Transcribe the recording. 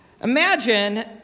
imagine